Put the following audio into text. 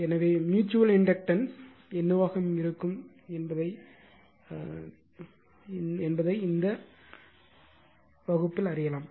எனவே mutual inductance என்னவாக இருக்கும் என்பதை இந்த அறியலாம்